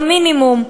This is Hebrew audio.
במינימום,